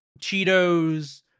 Cheetos